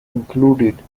included